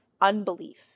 unbelief